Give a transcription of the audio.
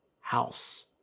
house